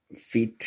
fit